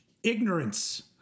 Ignorance